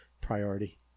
priority